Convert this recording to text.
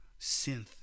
synth